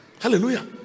hallelujah